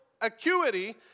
acuity